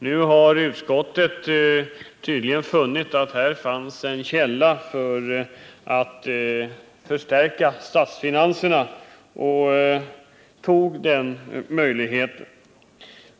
Nu har utskottet tydligen funnit att det här finns en källa för att förstärka statsfinanserna, och man har tagit till vara den möjligheten.